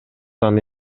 аны